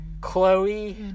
Chloe